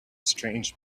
strange